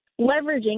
leveraging